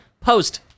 post